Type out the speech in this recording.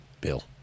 bill